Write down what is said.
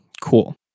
cool